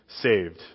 saved